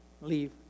leave